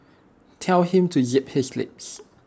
tell him to zip his lips